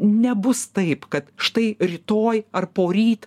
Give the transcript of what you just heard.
nebus taip kad štai rytoj ar poryt